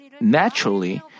naturally